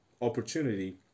opportunity